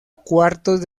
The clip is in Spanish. cuartos